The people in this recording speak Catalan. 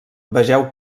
vegeu